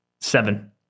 Seven